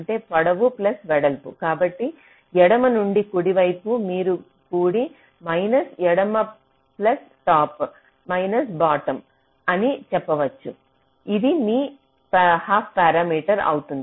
అంటే పొడవు ప్లస్ వెడల్పు కాబట్టి ఎడమ నుండి కుడివైపు మీరు కుడి మైనస్ ఎడమ ప్లస్ టాప్ మైనస్ బాటమ్ అని చెప్పవచ్చు అది మీ హాఫ్ పారామీటర్ అవుతుంది